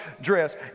dress